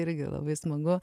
irgi labai smagu